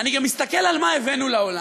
אני גם מסתכל על מה הבאנו לעולם,